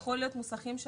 מוסך חדש.